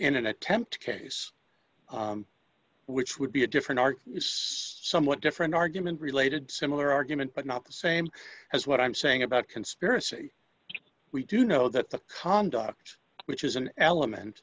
in an attempt case which would be a different art is somewhat different argument related similar argument but not the same as what i'm saying about conspiracy we do know that the conduct which is an element